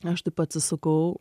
aš taip atsisukau